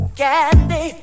candy